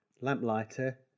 Lamplighter